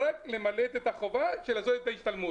ורק ממלא את החובה של ההשתלמות,